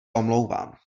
omlouvám